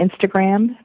Instagram